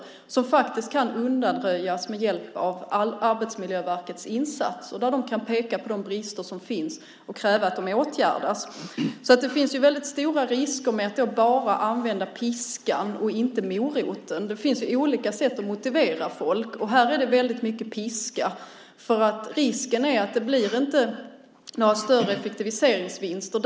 Detta kan faktiskt undanröjas med hjälp av Arbetsmiljöverkets insatser. De kan peka på de brister som finns och kräva att de åtgärdas. Det finns stora risker med att bara använda piskan och inte moroten. Det finns ju olika sätt att motivera folk, och här är det väldigt mycket piska. Risken är att det inte blir några större effektiviseringsvinster.